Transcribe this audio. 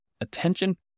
attention